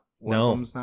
No